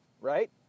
right